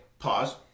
Pause